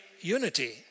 unity